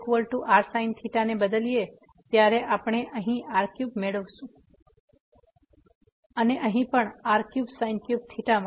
તેથી આપણે અહીં r3 મેળવીશું અને અહીં પણ r3 મળશે